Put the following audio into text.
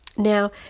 Now